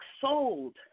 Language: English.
sold